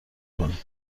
کنیم